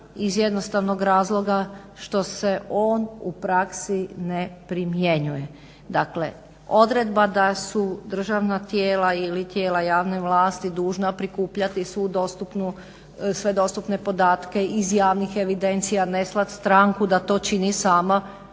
iz jednostavnog razloga što se on u praksi ne primjenjuje. Dakle, odredba da su državna tijela ili tijela javne vlasti dužna prikupljati sve dostupne podatke iz javnih evidencija, a ne slati stranku da to čini sama,